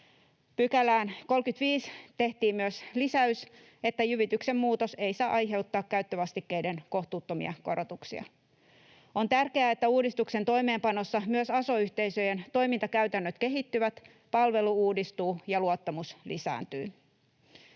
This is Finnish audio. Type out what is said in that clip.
35 §:ään tehtiin myös lisäys, että jyvityksen muutos ei saa aiheuttaa käyttövastikkeiden kohtuuttomia korotuksia. On tärkeää, että uudistuksen toimeenpanossa myös aso-yhteisöjen toimintakäytännöt kehittyvät, palvelu uudistuu ja luottamus lisääntyy.